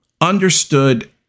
understood